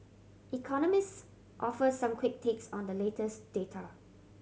economists offer some quick takes on the latest data